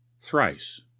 Thrice